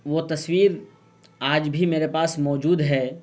وہ تصویر آج بھی میرے پاس موجود ہے